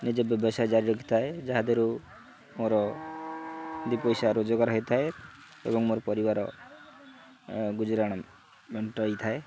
ନିଜ ବ୍ୟବସାୟ ଜାରି ରଖିଥାଏ ଯାହାଦେହରୁ ମୋର ଦୁଇ ପଇସା ରୋଜଗାର ହେଇଥାଏ ଏବଂ ମୋର ପରିବାର ଗୁଜୁରାଣ ମେଣ୍ଟାଇଥାଏ